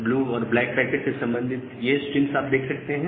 blue और black packets से संबंधित ये स्ट्रीम्स आप देख सकते हैं